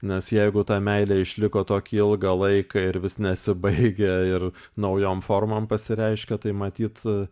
nes jeigu ta meilė išliko tokį ilgą laiką ir vis nesibaigia ir naujom formom pasireiškia tai matyt